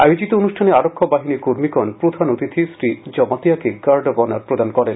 আয়োজিত অনুষ্ঠানে আরক্ষা বাহিনীর কর্মীগণ প্রধান অতিথি মন্ত্রী শ্রীজমাতিয়াকে গার্ড অব অনার প্রদান করেন